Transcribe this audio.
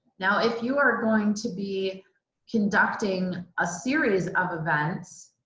now if you are going to be conducting a series of events,